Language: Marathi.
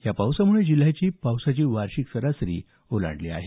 या पावसामुळे जिल्ह्याची वार्षिक सरासरी ओलांडली आहे